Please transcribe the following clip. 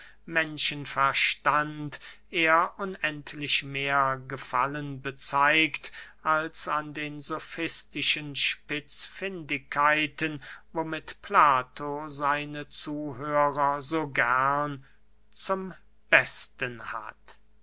menschenverstand er unendlich mehr gefallen bezeigt als an den sofistischen spitzfindigkeiten womit plato seine zuhörer so gern zum besten hat